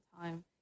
time